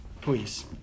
Please